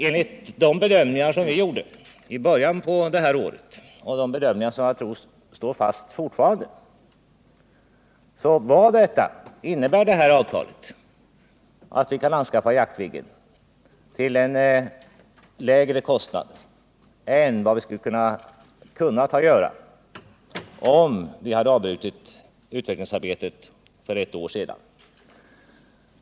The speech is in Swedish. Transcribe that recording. Enligt de bedömningar som vi gjorde i början på detta år — jag tror att dessa bedömningar står fast fortfarande —- innebär detta avtal att vi kan anskaffa Jaktviggen till en lägre kostnad än vad vi skulle ha kunnat göra, om vi hade avbrutit utvecklingsarbetet för ett år sedan.